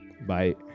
bye